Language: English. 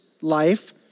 life